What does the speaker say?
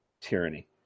tyranny